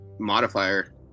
Modifier